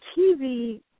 TV